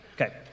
Okay